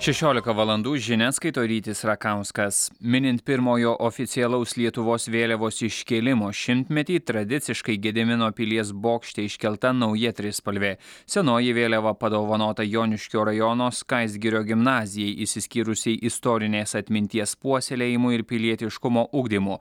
šešiolika valandų žinias skaito rytis rakauskas minint pirmojo oficialaus lietuvos vėliavos iškėlimo šimtmetį tradiciškai gedimino pilies bokšte iškelta nauja trispalvė senoji vėliava padovanota joniškio rajono skaistgirio gimnazijai išsiskyrusiai istorinės atminties puoselėjimu ir pilietiškumo ugdymu